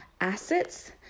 assets